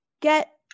get